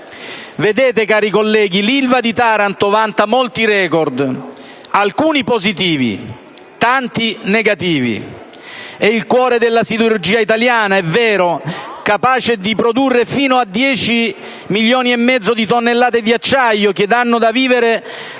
Vedete, cari colleghi, l'Ilva di Taranto vanta molti *record*, alcuni positivi, tanti negativi. È il cuore della siderurgia italiana (è vero), capace di produrre fino a 10,5 milioni di tonnellate di acciaio che danno da vivere